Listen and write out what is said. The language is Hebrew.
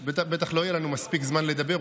בטח לא יהיה לנו מספיק זמן לדבר,